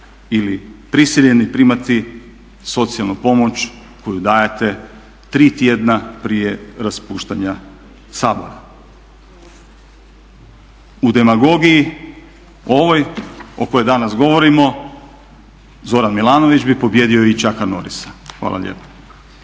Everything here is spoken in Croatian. ili prisiljeni primati socijalnu pomoć koju dajete tri tjedna prije raspuštanja Sabora. U demagogiji o ovoj o kojoj danas govorimo Zoran Milanović bi pobijedio i Chucka Norissa. Hvala lijepa.